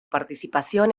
participación